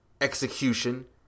Execution